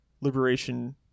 liberation